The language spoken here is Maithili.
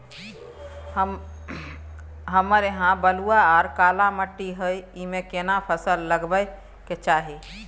हमरा यहाँ बलूआ आर काला माटी हय ईमे केना फसल लगबै के चाही?